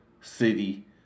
City